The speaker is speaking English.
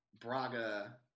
braga